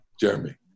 Jeremy